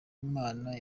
imana